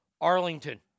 Arlington